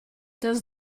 does